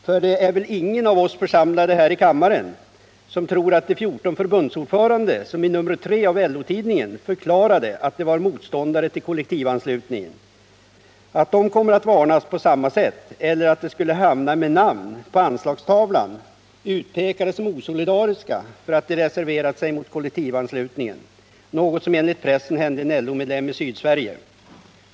För det är väl ingen av oss som är församlade här i kammaren som tror att de 14 förbundsordförande som i nr 3 av LO-tidningen förklarade att de var motståndare till kollektivanslutningen kommer att varnas på samma sätt? Eller att de skulle hamna med namn på anslagstavlan, utpekade som osolidariska därför att de reserverat sig mot kollektivanslutningen? Detta har enligt pressen hänt en LO-medlem i Sydsverige.